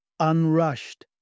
unrushed